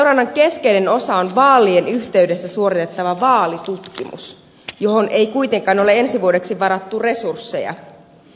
seurannan keskeinen osa on vaalien yhteydessä suoritettava vaalitutkimus johon ei kuitenkaan ole ensi vuodeksi varattu resursseja